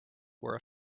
were